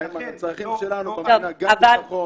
איימן, הצרכים שלנו במדינה הם גם ביטחון